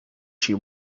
she